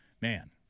man